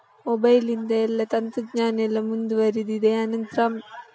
ಮೊಬೈಲಿಂದ ಎಲ್ಲ ತಂತ್ರಜ್ಞಾನ ಎಲ್ಲ ಮುಂದುವರೆದಿದೆ ಆನಂತರ